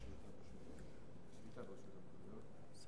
על